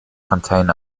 contain